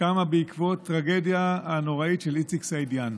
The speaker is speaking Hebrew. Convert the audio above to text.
קמה בעקבות הטרגדיה הנוראית של איציק סעידיאן.